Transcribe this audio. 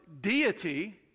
deity